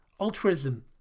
altruism